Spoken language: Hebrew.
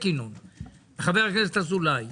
חבר הכנסת אזולאי צודק.